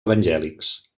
evangèlics